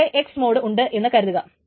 ഇവിടെ X mode ഉണ്ട് എന്നു കരുതുക